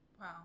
Wow